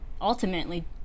ultimately